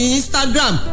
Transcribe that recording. Instagram